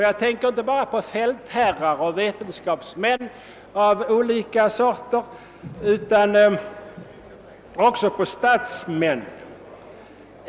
Jag tänker inte bara på fältherrar och vetenskapsmän av olika slag utan också på statsmän.